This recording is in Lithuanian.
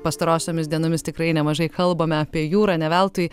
pastarosiomis dienomis tikrai nemažai kalbame apie jūrą ne veltui